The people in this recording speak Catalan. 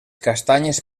castanyes